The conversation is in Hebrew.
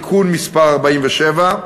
(תיקון מס' 47)